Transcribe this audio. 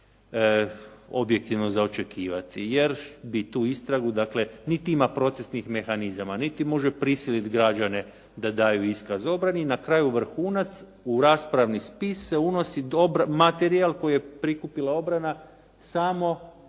objektivno za očekivati, jer bi tu istragu dakle niti ima procesnih mehanizama, niti može prisiliti građane da daju iskaz obrani i na kraju vrhunac. U raspravni spis se unosi materijal koji je prikupila obrana samo ako